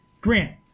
Grant